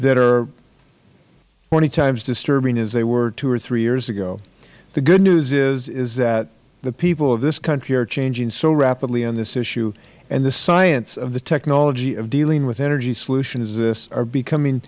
that are twenty times disturbing as they were two or three years ago the good news is that the people of this country are changing so rapidly on this issue and the science of the technology of dealing with energy solutions to this are becoming